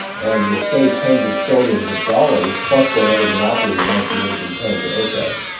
and you'll save tens of trillions of dollars plus whatever monopoly rent you would have been paying to opec.